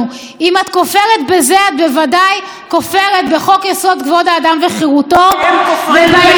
את בוודאי כופרת בחוק-יסוד: כבוד האדם וחירותו וביכולת של שופטי,